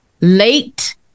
Late